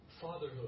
fatherhood